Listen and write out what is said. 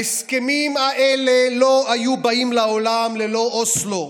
ההסכמים האלה לא היו באים לעולם ללא אוסלו,